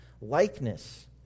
likeness